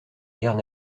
guerres